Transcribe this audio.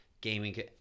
gaming